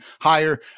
higher